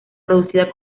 producida